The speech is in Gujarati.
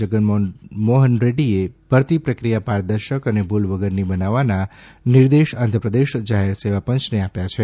જગમોહન રેડ્ડીએ ભરતી પ્રક્રિયા પારદર્શક અને ભુલ વગરની બનાવવાના નિર્દેશ આંધ્રપ્રદેશ જાહેરસેવા પંચને આપ્યા છે